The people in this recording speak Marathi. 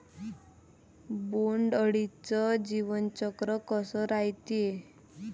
बोंड अळीचं जीवनचक्र कस रायते?